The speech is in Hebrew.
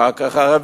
אחר כך ערבי,